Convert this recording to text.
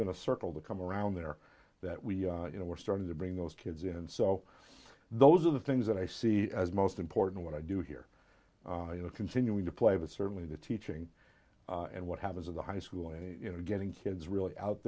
been a circle the come around there that we you know we're starting to bring those kids in and so those are the things that i see as most important what i do here continuing to play the certainly the teaching and what happens at the high school and you know getting kids really out